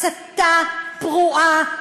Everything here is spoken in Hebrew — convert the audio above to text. הסתה פרועה.